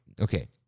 Okay